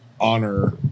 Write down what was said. honor